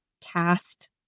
cast